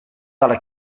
dalla